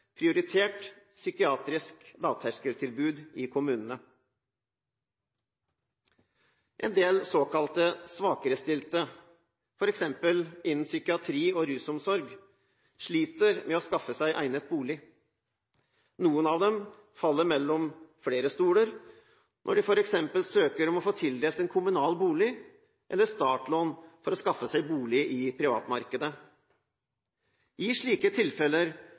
prioritert psykiatrisk lavterskeltilbud i kommunene. En del såkalte svakerestilte, f.eks. innen psykiatri og rusomsorg, sliter med å skaffe seg egnet bolig. Noen av dem faller mellom flere stoler når de f.eks. søker om å få tildelt en kommunal bolig eller startlån for å skaffe seg bolig i privatmarkedet. I slike tilfeller